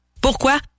Pourquoi